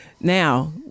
Now